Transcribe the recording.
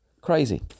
Crazy